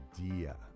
idea